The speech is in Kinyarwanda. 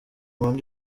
rwanda